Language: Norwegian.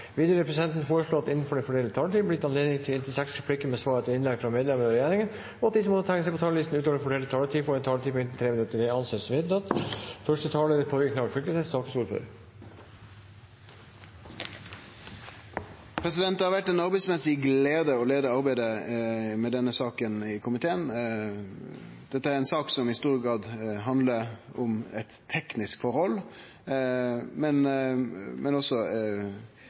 Videre vil presidenten foreslå at det – innenfor den fordelte taletid – blir gitt anledning til inntil seks replikker med svar etter innlegg fra medlemmer av regjeringen, og at de som måtte tegne seg på talerlisten utover den fordelte taletid, får en taletid på inntil 3 minutter. – Det anses vedtatt. Det har vore ei arbeidsmessig glede å leie arbeidet med denne saka i komiteen. Dette er ei sak som i stor grad handlar om eit teknisk forhold, men er også